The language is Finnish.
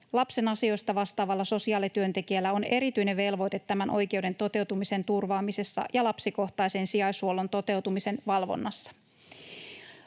Lapsen asioista vastaavalla sosiaalityöntekijällä on erityinen velvoite tämän oikeuden toteutumisen turvaamisessa ja lapsikohtaisen sijaishuollon toteutumisen valvonnassa.